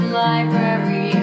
library